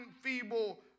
feeble